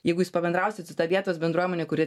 jeigu jūs pabendrausit su ta vietos bendruomene kuri